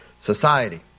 society